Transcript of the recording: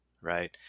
right